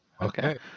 Okay